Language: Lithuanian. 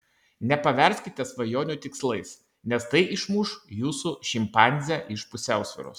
nepaverskite svajonių tikslais nes tai išmuš jūsų šimpanzę iš pusiausvyros